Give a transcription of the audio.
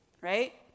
right